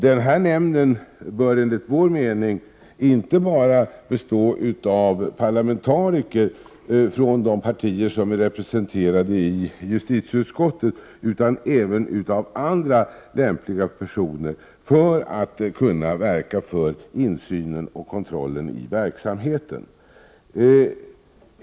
Den nämnden bör enligt vår mening bestå inte bara av parlamentariker från de partier som är representerade i justitieutskottet utan även av andra lämpliga personer, för att nämnden skall kunna verka för insyn i och kontroll av verksamheten.